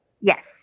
Yes